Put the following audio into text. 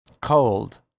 cold